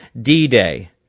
D-Day